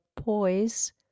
poise